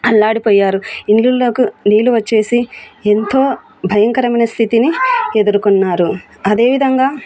అల్లాడిపోయారు ఇళ్ళలోకి నీళ్ళు వచ్చేసి ఎంతో భయంకరమైన స్థితిని ఎదుర్కొన్నారు అదేవిధంగా